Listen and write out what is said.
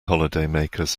holidaymakers